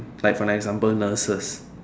like for an example nurses